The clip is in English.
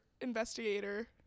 investigator